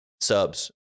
subs